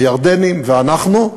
הירדנים ואנחנו.